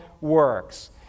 works